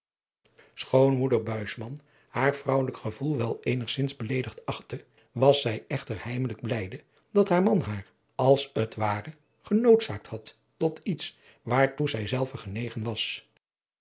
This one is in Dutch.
schoon moeder buisman haar vrouwelijk gevoel wel eenigszins beleedigd achtte was zij echter heimelijk blijde dat haar man haar als het ware genoodzaakt had tot iets waartoe zij zelve genegen was